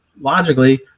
logically